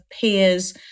peers